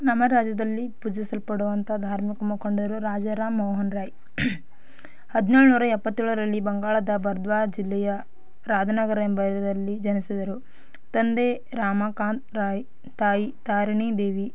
ನಮ್ಮ ರಾಜ್ಯದಲ್ಲಿ ಪೂಜಿಸಲ್ಪಡುವಂಥ ಧಾರ್ಮಿಕ ಮುಖಂಡರು ರಾಜಾ ರಾಮ್ ಮೋಹನ್ ರಾಯ್ ಹದಿನೇಳು ನೂರ ಎಪ್ಪತ್ತೇಳರಲ್ಲಿ ಬಂಗಾಳದ ಬರ್ದ್ವಾ ಜಿಲ್ಲೆಯ ರಾದನಗರ ಎಂಬ ಇದರಲ್ಲಿ ಜನಿಸಿದರು ತಂದೆ ರಮಾಕಾಂತ್ ರಾಯ್ ತಾಯಿ ತಾರೀಣಿ ದೇವಿ